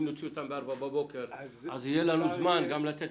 אם נוציא אותם ב-04:00 בבוקר אז יהיה לנו זמן גם לתת